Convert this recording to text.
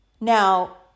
Now